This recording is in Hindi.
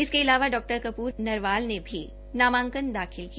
इसके अलावा डा कप्र नरवाल ने भी नामांकन दाखिल किया